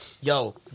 yo